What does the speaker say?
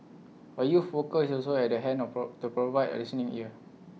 A youth worker is also at the hand of pro to provide A listening ear